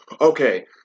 okay